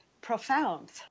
profound